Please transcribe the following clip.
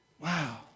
Wow